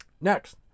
next